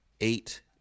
eight